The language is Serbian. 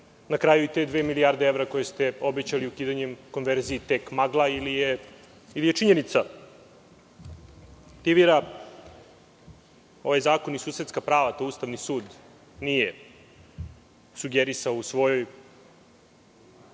na kraju i te dve milijarde evra koje ste obećali ukidanjem konverzije je tek magla ili činjenica. Aktivira ovaj zakon i susedska prava, to Ustavni sud nije sugerisao u svojoj